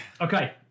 okay